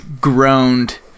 groaned